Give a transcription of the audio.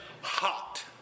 hot